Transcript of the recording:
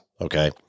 Okay